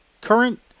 current